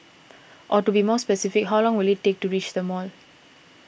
or to be more specific how long will it take to reach the mall